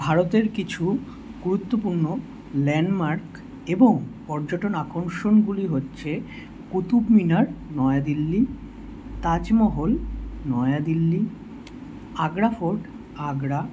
ভারতের কিছু গুরুত্বপূর্ণ ল্যান্ডমার্ক এবং পর্যটন আকর্ষণগুলি হচ্ছে কুতুব মিনার নয়া দিল্লী তাজমহল নয়া দিল্লী আগ্রা ফোর্ট আগ্রা